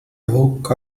woke